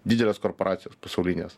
didelės korporacijos pasaulinės